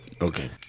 Okay